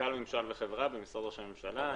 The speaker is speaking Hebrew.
סמנכ"ל ממשל וחברה במשרד ראש הממשלה.